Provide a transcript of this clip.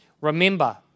Remember